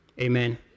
Amen